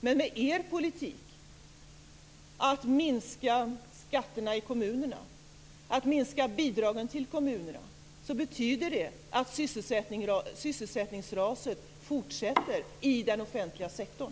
Men er politik - att minska skatterna i kommunerna och att minska bidragen till kommunerna - betyder att sysselsättningsraset fortsätter i den offentliga sektorn.